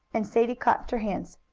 and sadie clapped her hands.